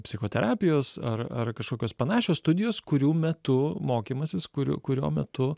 psichoterapijos ar ar kažkokios panašios studijos kurių metu mokymasis kuriu kurio metu